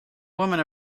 woman